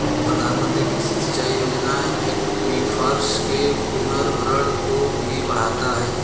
प्रधानमंत्री कृषि सिंचाई योजना एक्वीफर्स के पुनर्भरण को भी बढ़ाता है